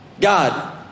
God